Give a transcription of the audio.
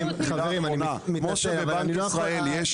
חברים --- מילה אחרונה: כמו שבבנק ישראל יש